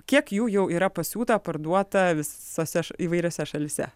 kiek jų jau yra pasiūta parduota visose š įvairiose šalyse